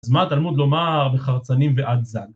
אז מה תלמוד לומר מחרצנים ועד זן?